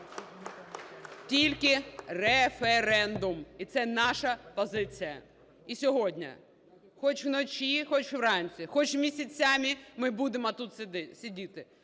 Тільки референдум і це наша позиція. І сьогодні хоч вночі, хоч вранці, хоч місяцями ми будемо тут сидіти,